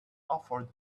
offered